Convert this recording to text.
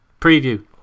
Preview